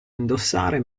indossare